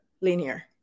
linear